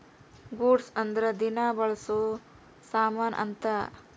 goods ಅಂದ್ರ ದಿನ ಬಳ್ಸೊ ಸಾಮನ್ ಅಂತ